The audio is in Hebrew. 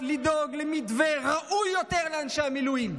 לדאוג למתווה ראוי יותר לאנשי המילואים,